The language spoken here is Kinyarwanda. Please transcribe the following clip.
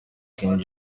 king